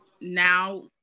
now